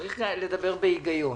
צריך לדבר בהיגיון.